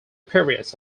periods